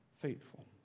faithful